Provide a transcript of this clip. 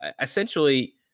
Essentially